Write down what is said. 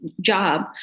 job